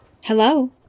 Hello